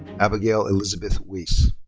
abigail elizabeth weisse.